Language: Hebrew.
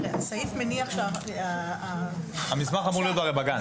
המסמך הרי אמור להיות בגן.